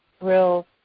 real